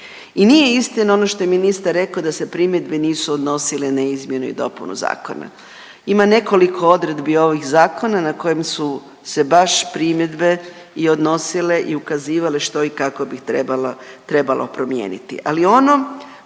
i nije istina ono što je ministar rekao da se primjedbe nisu odnosile na izmjenu i dopunu zakona. Ima nekoliko odredbi ovih zakona na kojem su se baš primjedbe i odnosile i ukazivale što i kako bi trebalo, trebalo promijeniti. Ali ono